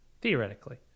theoretically